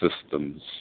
systems